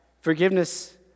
forgiveness